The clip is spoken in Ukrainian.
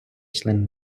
члени